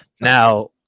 now